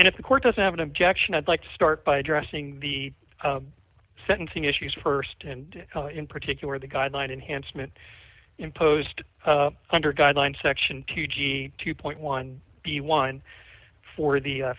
and if the court doesn't have an objection i'd like to start by addressing the sentencing issues st and in particular the guideline enhancement imposed under guideline section two g two point one b one for